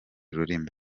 rurimi